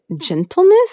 gentleness